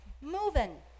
moving